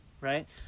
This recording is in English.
right